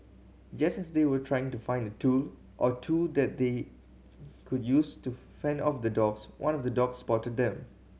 just as they were trying to find a tool or two that they could use to fend off the dogs one of the dogs spotted them